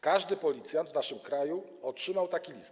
Każdy policjant w naszym kraju otrzymał taki list.